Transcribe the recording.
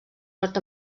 nord